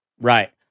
Right